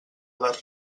les